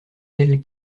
elle